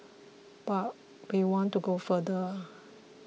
but we want to go further